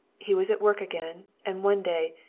he was at work again, and one day,